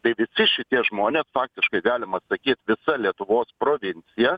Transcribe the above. tai visi šitie žmonės faktiškai galima atsakyt visa lietuvos provincija